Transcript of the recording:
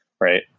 right